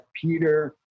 peter